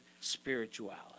spirituality